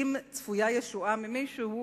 אם צפויה ישועה ממישהו,